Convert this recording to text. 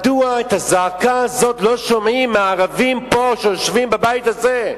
מדוע את הזעקה הזאת לא שומעים מהערבים שיושבים פה בבית הזה,